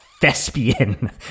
thespian